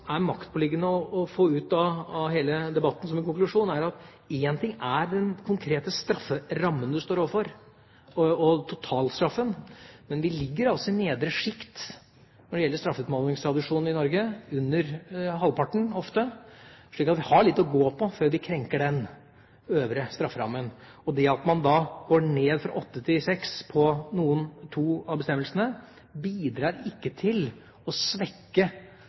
det maktpåliggende for meg å få ut av hele debatten som en konklusjon den konkrete strafferammen du står overfor, totalstraffen. Men vi ligger altså i nedre sjikt når det gjelder straffeutmålingstradisjon i Norge – under halvparten, ofte – slik at vi har litt å gå på før vi krenker den øvre strafferammen. Det at man da går ned fra åtte til seks år på to av bestemmelsene, bidrar ikke til å svekke